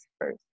first